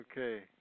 Okay